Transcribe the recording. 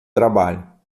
trabalho